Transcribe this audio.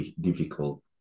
difficult